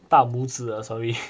大拇指 uh sorry